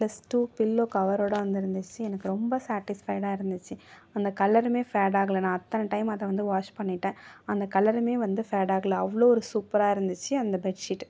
plus two pillow கவரோடு வந்துருந்துச்சு எனக்கு ரொம்ப சாட்டிஸ்ஃபைடாக இருந்துச்சு அந்த கலருமே ஃபேடாகலை நான் அத்தனை டைம் அதை வந்து வாஷ் பண்ணிவிட்டேன் அந்த கலருமே வந்து ஃபேடாகலை அவ்வளோ ஒரு சூப்பராக இருந்துச்சு அந்த பெட் ஷீட்